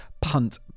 punt